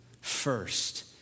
first